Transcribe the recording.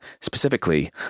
Specifically